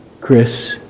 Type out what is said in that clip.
Chris